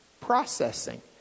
processing